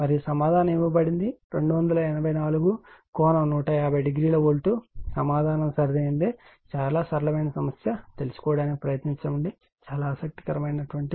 మరియు సమాధానం ఇవ్వబడింది 284 ∠ 1500 వోల్ట్ సమాధానం సరైనది చాలా సరళమైన సమస్య తెలుసుకోవడానికి ప్రయత్నించండి చాలా ఆసక్తికరమైన సమస్య